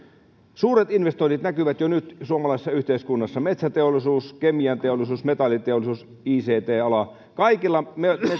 suuret investoinnit näkyvät jo nyt suomalaisessa yhteiskunnassa metsäteollisuus kemianteollisuus metalliteollisuus ict ala kaikilla